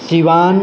Siwan